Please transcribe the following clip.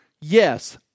yes